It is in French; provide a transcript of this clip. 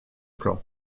plan